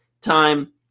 time